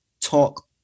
talk